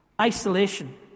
Isolation